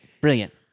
Brilliant